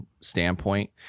standpoint